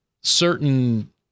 certain